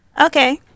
Okay